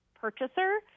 purchaser